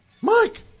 Mike